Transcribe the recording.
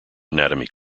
anatomy